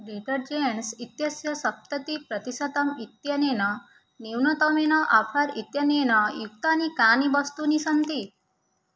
detergents इत्यस्य सप्ततिप्रतिशतम् इत्यनेन न्यूनतमेन आफर् इत्यनेन युक्तानि कानि वस्तूनि सन्ति